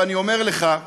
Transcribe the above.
ואני אומר לך,